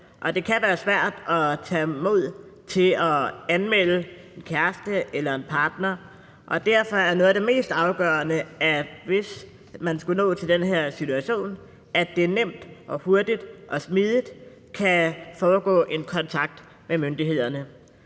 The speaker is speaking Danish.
det kan være svært at tage mod til sig til at anmelde en kæreste eller en partner, og derfor er noget af det mest afgørende – hvis man skulle nå til den her situation – at der nemt og hurtigt og smidigt kan foregå en kontakt med myndighederne.